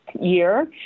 year